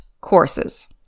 courses